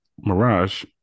Mirage